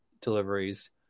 deliveries